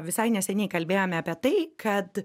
visai neseniai kalbėjome apie tai kad